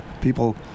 people